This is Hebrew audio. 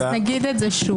אז נגיד את זה שוב.